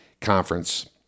conference